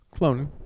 Cloning